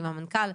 עם המנכ"ל,